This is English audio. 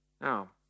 Now